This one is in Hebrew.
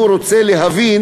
שהוא רוצה להבין